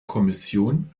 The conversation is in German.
kommission